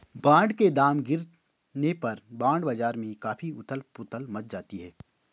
bond के दाम गिरने पर बॉन्ड बाजार में काफी उथल पुथल मच जाती है